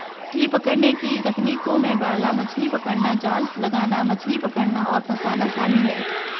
मछली पकड़ने की तकनीकों में भाला मछली पकड़ना, जाल लगाना, मछली पकड़ना और फँसाना शामिल है